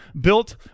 built